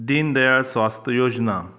दिनदयाळ स्वास्थ योजना